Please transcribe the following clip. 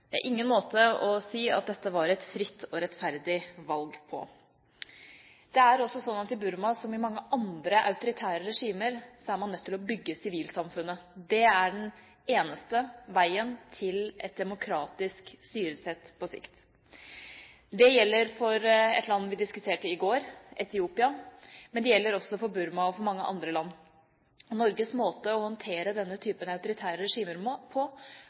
Det er ingen måte å si det på at dette var et fritt og rettferdig valg. Det er også sånn at man i Burma, som i mange andre autoritære regimer, er nødt til å bygge sivilsamfunnet. Det er den eneste veien til et demokratisk styresett på sikt. Det gjelder for et land vi diskuterte i går, Etiopia, men det gjelder også for Burma og mange andre land. Norges måte å håndtere denne typen autoritære regimer på må aldri være å vike tilbake for brudd på